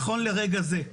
נכון לרגע זה,